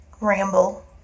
ramble